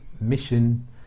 mission